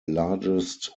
largest